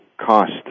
cost